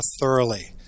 thoroughly